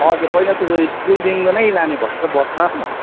हजुर पहिला सुरु स्कुलदेखिको नै लाने भएको छ बसमा हो